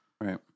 Right